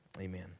Amen